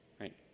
right